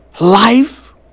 life